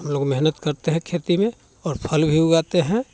हम लोग मेहनत करते हैं खेती में और फल भी उगाते हैं